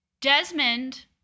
Desmond